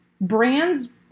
brands